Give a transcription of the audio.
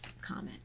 comment